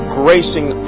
gracing